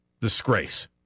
Disgrace